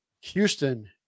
Houston